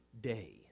day